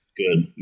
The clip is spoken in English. Good